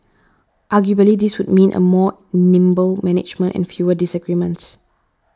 arguably this would mean a more nimble management and fewer disagreements